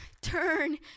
Turn